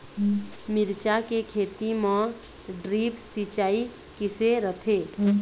मिरचा के खेती म ड्रिप सिचाई किसे रथे?